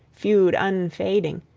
feud unfading,